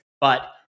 But-